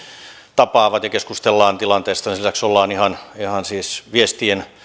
tapaavat ja keskustellaan tilanteesta sen lisäksi ollaan ihan ihan siis viestein